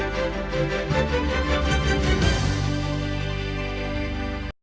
Дякую.